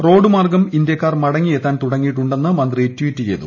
റോഡുമാർഗ്ഗം ഇന്ത്യക്കാർ മടങ്ങിയെത്താൻ തുടങ്ങിയിട്ടുണ്ടെന്ന് മന്ത്രി ട്വീറ്റ് ചെയ്തു